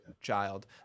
child